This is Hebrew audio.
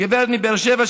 גברת מבאר שבע,